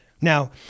Now